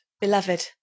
Beloved